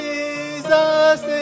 Jesus